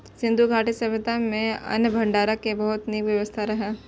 सिंधु घाटी सभ्यता मे अन्न भंडारण के बहुत नीक व्यवस्था रहै